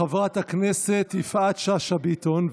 חברת הכנסת יפעת שאשא ביטון,